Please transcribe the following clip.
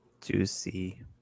Juicy